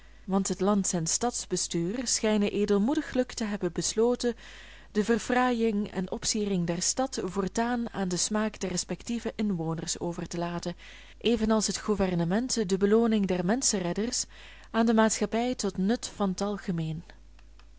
want het lands en stadsbestuur schijnen edelmoediglijk te hebben besloten de verfraaiing en opsiering der stad voortaan aan den smaak der respectieve inwoners over te laten evenals het gouvernement de belooning der menschenredders aan de maatschappij tot nut van t algemeen